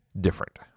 different